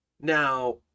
Now